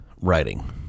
writing